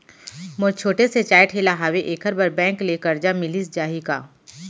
मोर छोटे से चाय ठेला हावे एखर बर बैंक ले करजा मिलिस जाही का?